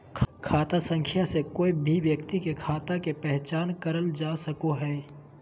खाता संख्या से कोय भी व्यक्ति के खाता के पहचान करल जा सको हय